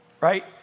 right